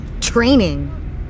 Training